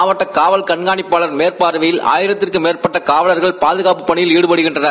மாவட்ட கண்காணிப்பாளர் மேற்பார்வையில் ஆயிரத்திற்கும் மேற்பட்ட காவலர்கள் பாதகாப்பு பணியில் ஈடுபடுகின்றனர்